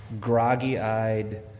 groggy-eyed